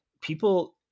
people